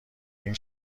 این